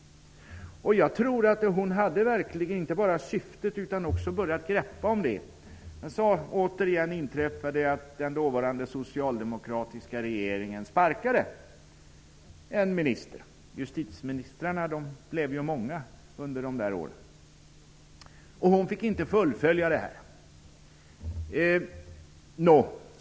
Jag tror verkligen att det inte bara var hennes syfte utan att hon också hade börjat ta tag i saken. Så inträffade återigen att den dåvarande socialdemokratiska regeringen sparkade en minister. Justitieministrarna blev ju många under de där åren. Anna-Greta Leijon fick inte fullfölja sitt arbete.